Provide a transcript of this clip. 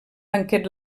banquet